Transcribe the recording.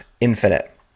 Infinite